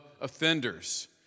offenders